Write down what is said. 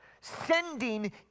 Sending